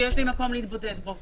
שיש לי מקום להתבודד בו.